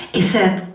he said.